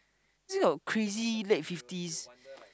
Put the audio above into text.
this is about crazy late fifties